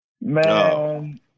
Man